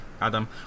Adam